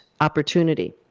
opportunity